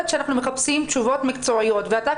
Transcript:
שאנחנו מחפשים תשובות מקצועיות ואתה,